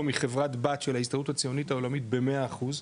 היא חברת בת של ההסתדרות הציונית העולמית במאה אחוז,